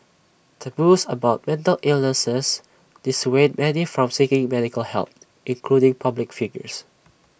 taboos about mental illness dissuade many from seeking medical help including public figures